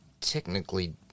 technically